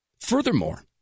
Furthermore